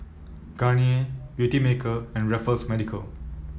Garnier Beautymaker and Raffles Medical